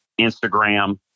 Instagram